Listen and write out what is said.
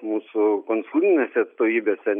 mūsų konsulinėse atstovybėse